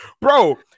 bro